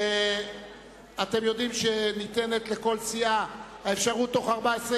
אתם יודעים שניתנת אפשרות לכל אחת